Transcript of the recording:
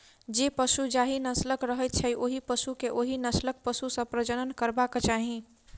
जे पशु जाहि नस्लक रहैत छै, ओहि पशु के ओहि नस्लक पशु सॅ प्रजनन करयबाक चाही